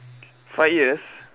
five years